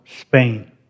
Spain